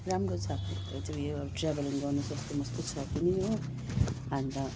राम्रो छ हजुर उयो ट्राभालिङ गर्न सस्तो मस्तोे छ पनि हो अन्त